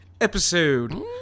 episode